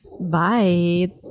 Bye